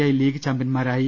I league ചാമ്പ്യൻമാരായി